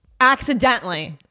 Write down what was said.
accidentally